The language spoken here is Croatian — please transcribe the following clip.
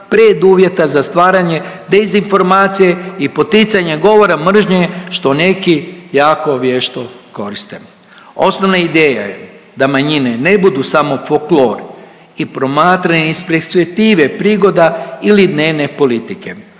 preduvjeta za stvaranje dezinformacije i poticanje govora mržnje, što neki jako vješto koriste. Osnovna ideja je da manjine ne budu samo folklor i promatranje iz perspektive prigoda ili dnevne politike.